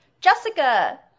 Jessica